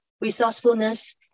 resourcefulness